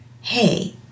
hey